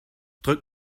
drück